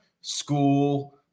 school